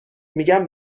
میگم